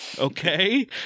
okay